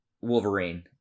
Wolverine